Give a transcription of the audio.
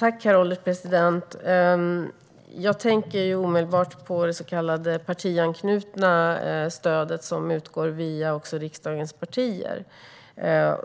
Herr ålderspresident! Jag tänker omedelbart på det så kallade partianknutna stödet som utgår via riksdagens partier